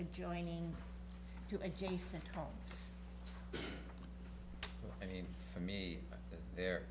adjoining to adjacent homes i mean for me there